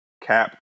Cap